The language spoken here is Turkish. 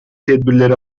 tedbirler